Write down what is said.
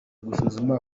gusuzuma